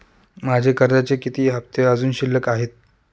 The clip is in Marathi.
माझे कर्जाचे किती हफ्ते अजुन शिल्लक आहेत?